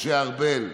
משה ארבל,